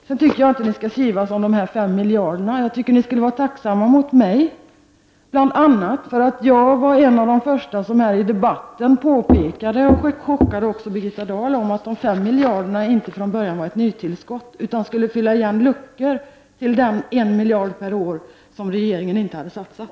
Vidare tycker jag inte att ni skall kivas om de 5 miljarderna. Visa i stället bl.a. mig litet tacksamhet! Jag var ju en av de första som i debatten påpekade — och därmed chockerade jag också Birgitta Dahl — att de 5 miljarderna från början inte var ett nytillskott utan att de var avsedda för att fylla luckor när det gäller den miljard per år som regeringen inte hade satsat.